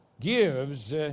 gives